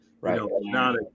Right